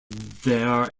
their